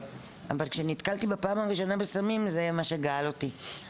אבל כשנתקלתי בפעם הראשונה בסמים זה מה שגאל אותי.